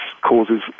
causes